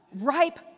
ripe